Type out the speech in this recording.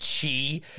chi